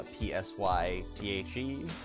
p-s-y-t-h-e